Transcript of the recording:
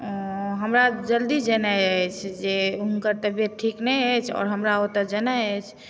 हमरा जल्दी जेनाइ अछि जे हुनकर तबियत ठीक नहि अछि आओर हमरा ओतऽ जेनाइ अछि